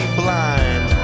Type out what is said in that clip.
blind